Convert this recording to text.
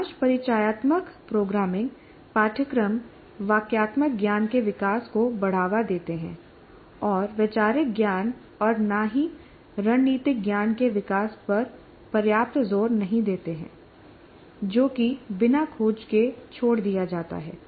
अधिकांश परिचयात्मक प्रोग्रामिंग पाठ्यक्रम वाक्यात्मक ज्ञान के विकास को बढ़ावा देते हैं और वैचारिक ज्ञान और न ही रणनीतिक ज्ञान के विकास पर पर्याप्त जोर नहीं देते हैं जो कि बिना खोज के छोड़ दिया जाता है